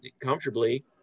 comfortably